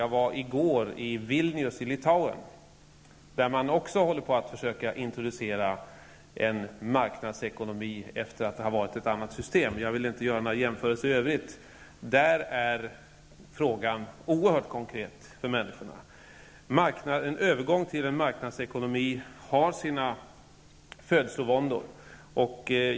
Jag var i går i Vilnius i Litauen, där man håller på att försöka introducera en marknadsekonomi efter att ha haft ett annat system -- jag vill inte göra några jämförelser i övrigt. Där är frågan oerhört konkret för människorna. Övergång till marknadsekonomi har sina födslovåndor.